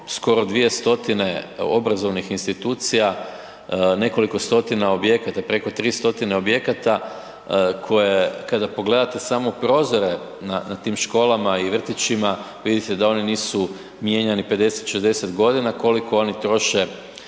skoro dvije stotine obrazovnih institucija, nekoliko stotina objekata, preko 3 stotine objekata koje kada pogledate samo prozore na, na tim školama i vrtićima, vidite da oni nisu mijenjani 50-60.g. koliko oni troše